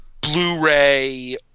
Blu-ray